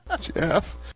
Jeff